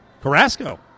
Carrasco